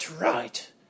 right